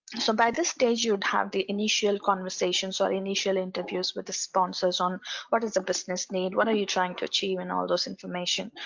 so by this stage you'd have the initial conversations or initial interviews with the sponsors on what is the business need. what are you trying to achieve in all those information.